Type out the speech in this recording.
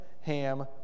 Ham